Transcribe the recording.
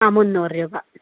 ആ മുന്നൂറ് രൂപ